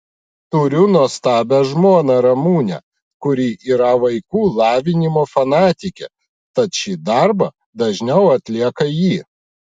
turiu nuostabią žmoną ramunę kuri yra vaikų lavinimo fanatikė tad šį darbą dažniau atlieka ji